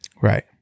Right